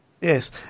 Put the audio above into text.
Yes